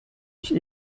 ich